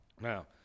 Now